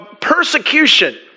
persecution